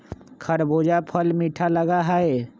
खरबूजा फल मीठा लगा हई